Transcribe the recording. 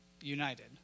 united